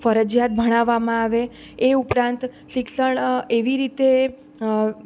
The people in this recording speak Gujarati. ફરજિયાત ભણાવવામાં આવે એ ઉપરાંત શિક્ષણ એવી રીતે